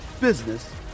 business